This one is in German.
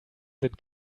sind